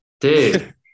dude